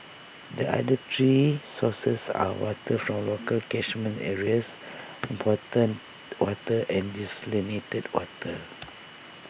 the other three sources are water from local catchment areas imported water and desalinated water